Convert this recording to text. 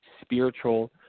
spiritual